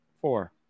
four